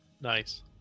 Nice